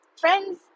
friends